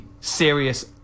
serious